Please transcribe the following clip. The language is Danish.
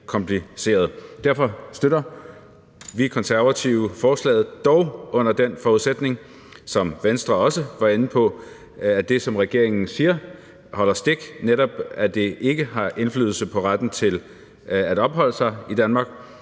Derfor støtter vi Konservative forslaget, dog under den forudsætning, som Venstre også var inde på, at det, som regeringen siger, holder stik, netop at det ikke har indflydelse på retten til at opholde sig i Danmark.